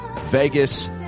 Vegas